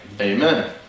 amen